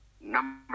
Number